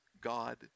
God